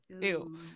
Ew